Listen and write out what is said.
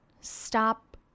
stop